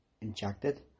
injected